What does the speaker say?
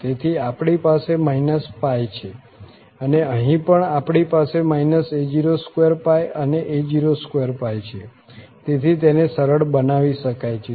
તેથી આપણી પાસે π છે અને અહીં પણ આપણી પાસે a02 અને a02 છે તેથી તેને સરળ બનાવી શકાય છે